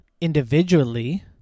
individually